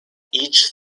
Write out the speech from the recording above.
each